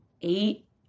eight